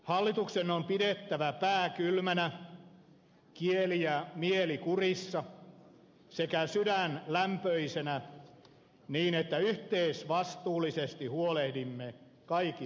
hallituksen on pidettävä pää kylmänä kieli ja mieli kurissa sekä sydän lämpöisenä niin että yhteisvastuullisesti huolehdimme kaikista kansalaisista